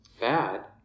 bad